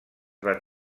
van